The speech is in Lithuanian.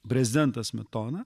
prezidentas smetona